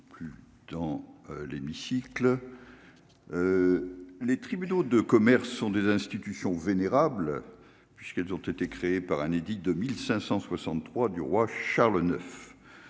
les tribunaux de commerce sont des institutions vénérables puisqu'elles ont été créées par un édit de 1563 du roi Charles IX